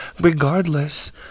regardless